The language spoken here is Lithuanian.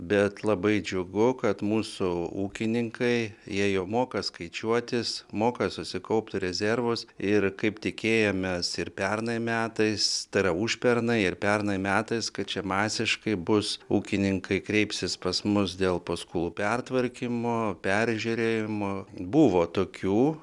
bet labai džiugu kad mūsų ūkininkai jie jau moka skaičiuotis moka susikaupt rezervus ir kaip tikėjomės ir pernai metais tai yra užpernai ir pernai metais kad čia masiškai bus ūkininkai kreipsis pas mus dėl paskolų pertvarkymo peržiūrėjimo buvo tokių